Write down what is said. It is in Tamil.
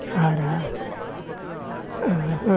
ஆறா